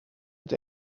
het